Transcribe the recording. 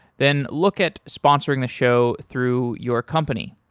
then look at sponsoring the show through your company.